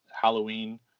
Halloween